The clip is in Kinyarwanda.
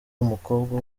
umukobwa